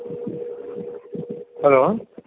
hello